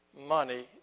money